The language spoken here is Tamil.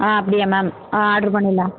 ஆ அப்படியா மேம் ஆ ஆட்ரு பண்ணிடலான்